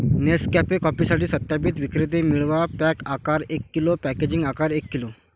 Nescafe कॉफीसाठी सत्यापित विक्रेते मिळवा, पॅक आकार एक किलो, पॅकेजिंग आकार एक किलो